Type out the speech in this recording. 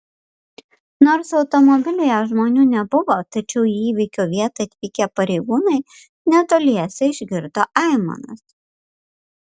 nors automobilyje žmonių nebuvo tačiau į įvykio vietą atvykę pareigūnai netoliese išgirdo aimanas